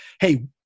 hey